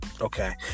Okay